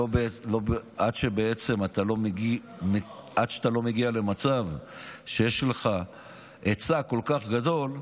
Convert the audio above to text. עד שאתה לא מגיע למצב שיש לך היצע כל כך גדול,